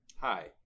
Hi